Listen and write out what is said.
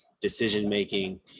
decision-making